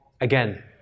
Again